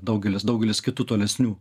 daugelis daugelis kitų tolesnių